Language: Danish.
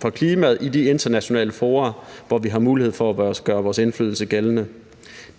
for klimaet i de internationale fora, hvor vi har mulighed for at gøre vores indflydelse gældende.